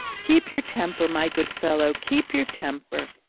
keep your temper, my good fellow, keep your temper!